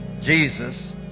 Jesus